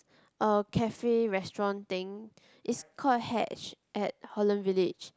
um cafe restaurant thing is called Hatch at Holland-Village